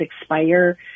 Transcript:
expire